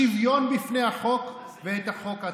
את השוויון בפני החוק ואת החוק עצמו.